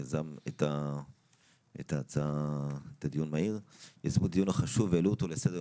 יביאו את הסבא שייקח אותו אבל הוא רוצה ללכת,